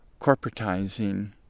corporatizing